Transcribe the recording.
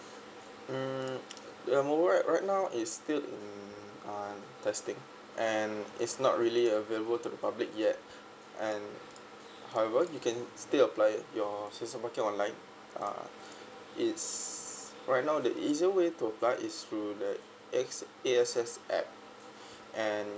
mm the mobile right right now is still in uh testing and it's not really available to the public yet and however you can still apply it your season parking online uh it's right now the easier way to apply is through the A X S app and